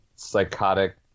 psychotic